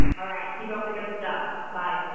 all right. keep up the good stuff by